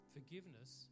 Forgiveness